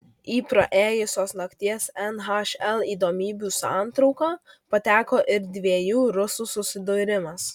į praėjusios nakties nhl įdomybių santrauką pateko ir dviejų rusų susidūrimas